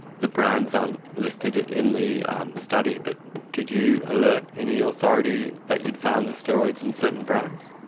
the brands aren't listed in the study, but did you alert any authority that you'd found the steroids in certain brands?